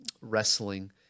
wrestling